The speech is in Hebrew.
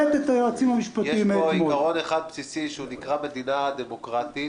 יש פה עיקרון אחד בסיסי שנקרא מדינה דמוקרטית.